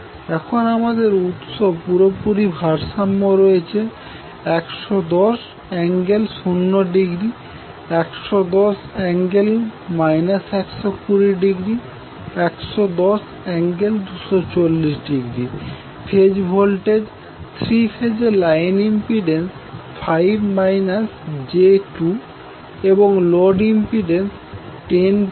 এখানে আমাদের উৎস পুরোপুরি ভারসাম্য রয়েছে 110∠0° 110∠ 120 ° 110∠ 240 ° ফেজ ভোল্টেজ থ্রী ফেজে লাইন ইম্পিডেন্স 5 j2 এবং লোড ইম্পিডেন্স 10j8 ওহম